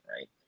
right